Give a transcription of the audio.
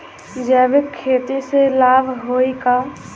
जैविक खेती से लाभ होई का?